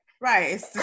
Right